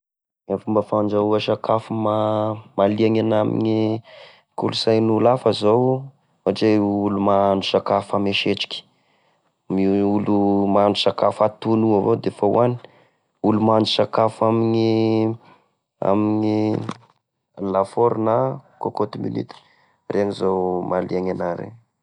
Gne fomba fandrahoa sakafo ma- mahaliana enahy ame kolosain'olo hafa zao: ohatra hoe olo mahandro sakafo ame setroky, ny olo mahandro sakafo atono io avao defa oany, olo mahandro sakafo amigne, amigne lafaoro na cocotte minute. Regny zao mahaliana anahy regny.